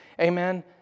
Amen